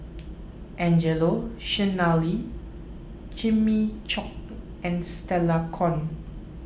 Angelo Sanelli Jimmy Chok and Stella Kon